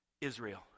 Israel